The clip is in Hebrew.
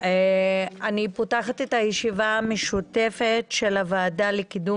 אני פותחת את הישיבה המשותפת של הוועדה לקידום